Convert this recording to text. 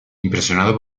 impresionado